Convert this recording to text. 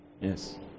yes